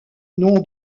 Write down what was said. nom